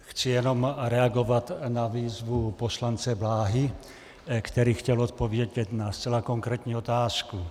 Chci jenom reagovat na výzvu poslance Blahy, který chtěl odpovědět na zcela konkrétní otázku.